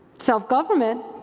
self-government,